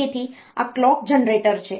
તેથી આ clock generator છે